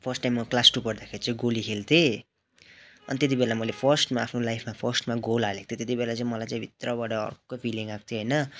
first time म class two पढ्दाखेरि चाहिँ गोली खेल्थेँ अन्त त्यतिबेला मैले फर्स्टमा आफ्नो लाइफमा फर्स्टमा गोल हालेको थिएँ त्यतिबेला चाहिँ मलाई चाहिँ भित्रबाट अर्कै फिलिङ आएको थियो होइन